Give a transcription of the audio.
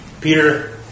Peter